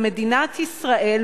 ומדינת ישראל,